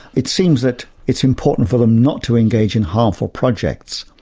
it seems that it's important for them not to engage in harmful projects,